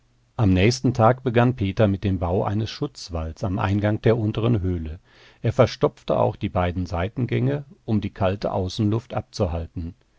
am nächsten tag begann peter mit dem bau eines schutzwalls am eingang der unteren höhle er verstopfte auch die beiden seitengänge um die kalte außenluft abzuhalten